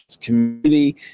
community